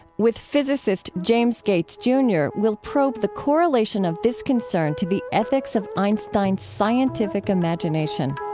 with physicist james gates jr, we'll probe the correlation of this concern to the ethics of einstein's scientific imagination